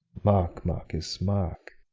mark, marcus, mark!